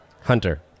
Hunter